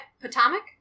potomac